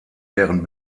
deren